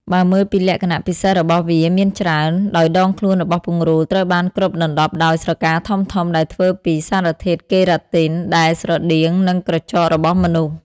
បើមើលពីលក្ខណៈពិសេសរបស់វាមានច្រើន ដោយដងខ្លួនរបស់ពង្រូលត្រូវបានគ្របដណ្ដប់ដោយស្រកាធំៗដែលធ្វើពីសារធាតុកេរ៉ាទីន ដែលស្រដៀងនឹងក្រចករបស់មនុស្ស។